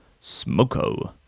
Smoko